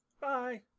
Bye